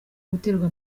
guterwa